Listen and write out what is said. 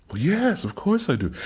but yes. of course, i do.